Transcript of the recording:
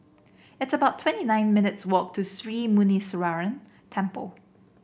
it's about twenty nine minutes' walk to Sri Muneeswaran Temple